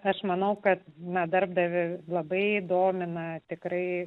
aš manau kad net darbdaviui labai domina tikrai